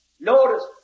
Notice